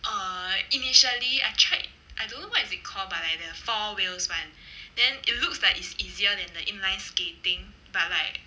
uh initially I tried I don't know what is it call but like the four wheels [one] then it looks like it's easier than the inline skating but like